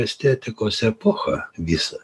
estetikos epochą visą